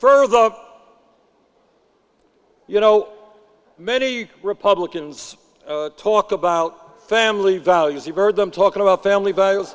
firm or the you know many republicans talk about family values you heard them talking about family values